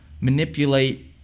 manipulate